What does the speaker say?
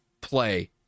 play